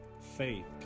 faith